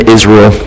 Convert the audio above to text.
Israel